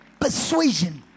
persuasion